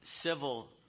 civil